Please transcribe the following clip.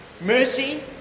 mercy